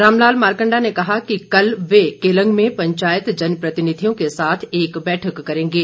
राम लाल मारकंडा ने कहा कि कल वे केलंग में पंचायत जन प्रतिनिधियों के साथ एक बैठक करेंगे